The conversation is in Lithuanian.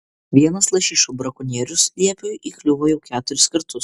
vienas lašišų brakonierius liepiui įkliuvo jau keturis kartus